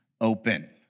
open